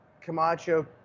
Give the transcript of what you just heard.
Camacho